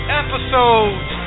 episodes